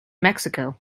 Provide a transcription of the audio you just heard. mexico